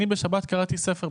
בשבת קראתי ספר,